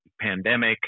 pandemic